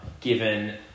given